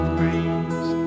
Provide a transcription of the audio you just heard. breeze